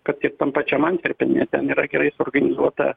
kad ir tam pačiam antverpene ten yra gerai organizuota